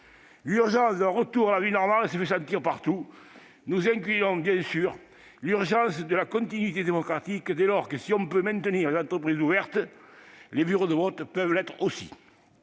L'urgence d'un retour à une vie normale se fait sentir partout. Nous y incluons évidemment l'urgence de la continuité démocratique, car si l'on peut maintenir les entreprises ouvertes, les bureaux de vote peuvent l'être aussi.